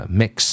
mix